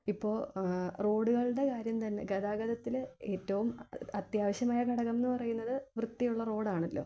ഇപ്പോൾ റോഡുകളുടെ കാര്യം തന്നെ ഗതാഗതത്തിൽ ഏറ്റോം അത്യാവശ്യമായ ഘടകം എന്ന് പറയുന്നത് വൃത്തിയുള്ള റോഡാണല്ലൊ